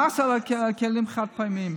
המס על הכלים חד-פעמיים,